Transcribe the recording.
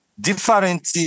different